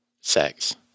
sex